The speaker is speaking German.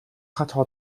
sacher